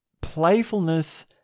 Playfulness